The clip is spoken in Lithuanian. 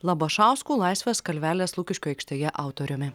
labašausku laisvės kalvelės lukiškių aikštėje autoriumi